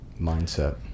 mindset